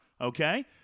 okay